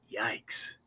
Yikes